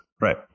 Right